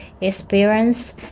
experience